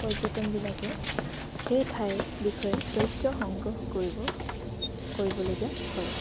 পৰ্যটনবিলাকে সেই ঠাইৰ বিষয়ে তথ্য সংগ্ৰহ কৰিবলগীয়া হয়